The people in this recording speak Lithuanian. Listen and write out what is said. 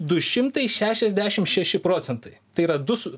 du šumtai šešiasdešim šeši procentai tai yra du su